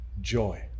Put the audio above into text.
joy